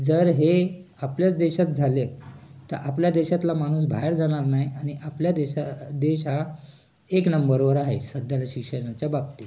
जर हे आपल्याच देशात झाले तर आपल्या देशातला माणूस बाहेर जाणार नाही आणि आपल्या देशा देश हा एक नम्बरवर आहे सध्याला शिक्षणाच्या बाबतीत